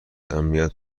امنیت